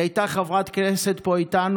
היא הייתה חברת כנסת פה איתנו,